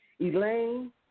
Elaine